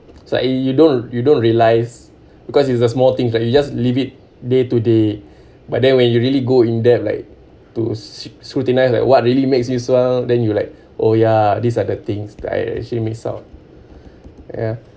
it's like you don't you don't realise because it's the small things that you just leave it day to day but then when you really go in depth like to scrutinise like what really makes you smile then you like oh ya these are the things that I actually missed out ya